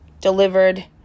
delivered